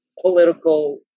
political